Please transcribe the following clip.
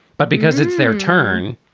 but because it's their turn,